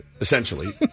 essentially